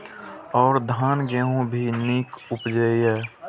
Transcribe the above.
और धान गेहूँ भी निक उपजे ईय?